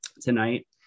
tonight